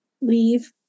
leave